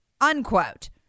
unquote